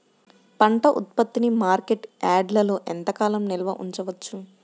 పంట ఉత్పత్తిని మార్కెట్ యార్డ్లలో ఎంతకాలం నిల్వ ఉంచవచ్చు?